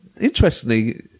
interestingly